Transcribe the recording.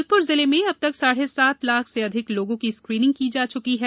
जबलपुर जिले में अब तक साढ़े सात लाख से अधिक लोगों की स्क्रीनिंग की जा चुकी है